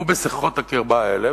בשיחות הקרבה האלה,